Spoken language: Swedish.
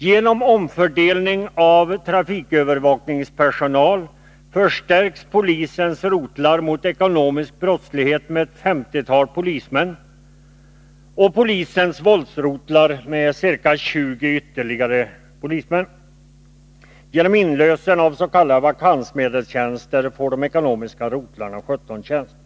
Genom omfördelning av trafikövervakningspersonal förstärks polisens rotlar mot ekonomisk brottslighet med ett 50-tal polismän och polisens våldsrotlar med ytterligare ca 20 polismän. Genom inlösen av s.k. vakansmedelstjänster får de ekonomiska rotlarna ytterligare 17 tjänster.